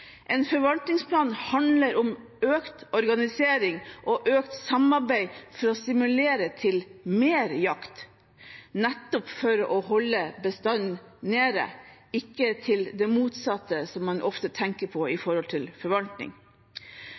En forvaltningsplan handler om økt organisering og økt samarbeid for å stimulere til mer jakt, nettopp for å holde bestanden nede – ikke til det motsatte, som man ofte tenker på når det gjelder forvaltning.